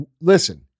Listen